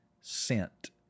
sent